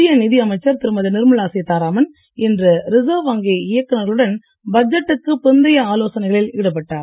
மத்திய நிதி அமைச்சர் திருமதி நிர்மலா சீதாராமன் இன்று ரிசர்வ் வங்கி இயக்குநர்களுடன் பட்ஜெட்டுக்கு பிந்தைய ஆலோசனைகளில் ஈடுபட்டார்